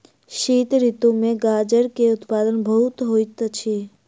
शीत ऋतू में गाजर के उत्पादन बहुत होइत अछि